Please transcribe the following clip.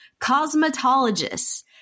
cosmetologists